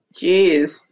Jeez